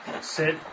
sit